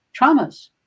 traumas